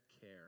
care